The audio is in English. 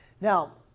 Now